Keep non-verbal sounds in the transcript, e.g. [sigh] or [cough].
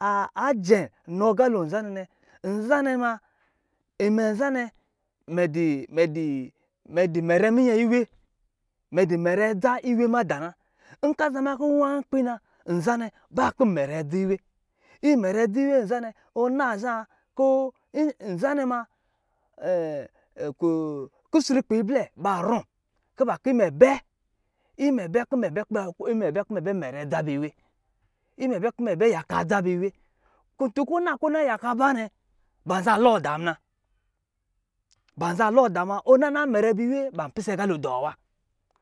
a a jɛm nɔ agalo nzanɛ nɛ, nzanɛ ma, imɛ nazanɛ, mɛ di, mɛ di, mɛ di mɛrɛ minyɛ iwe, mɛ di mɛrɛ adza iwe madā na. Nicɛ za ma kɔ̄ n wā nkpi na, nzanɛ, baa kɔ̄ n mɛrɛ dzii iwe. Imɛrɛ dzii iwe nzanɛ, ɔ na za kɔ̄ n- nzanɛ ma [hesitation] ku- kusrukpɛ iblɛ ba rɔm, kuba ki mɛ bɛ imɛ bɛ kɔ̄ imɛ, kɔ̄ mɛ bɛ kɔ̄ mɛ bɛ mɛrɛ adza ba iwe. Imɛ bɛ kɔ̄ mɛ yaka adza ba iwe. Kutun kɔ̄ na kɔ̄ na yaka ba nɛ, ba za lɔɔ daa muna. Ba za lɔɔ daa ma, ɔ na na mɛrɛ ba iwe, ban pise agalo dɔ wa.